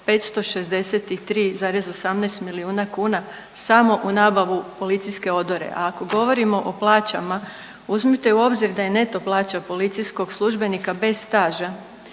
563,18 milijuna kuna samo u nabavu policijske odore. A ako govorimo o plaćama uzmite u obzir da je neto plaća policijskog službenika bez staža